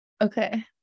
Okay